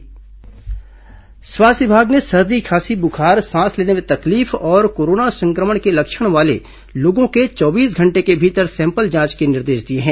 corona लक्षण जांच स्वास्थ्य विभाग ने सर्दी खांसी बुखार सांस लेने में तकलीफ और कोरोना संक्रमण के लक्षण वाले लोगों के चौबीस घंटे के भीतर सैंपल जांच के निर्देश दिए हैं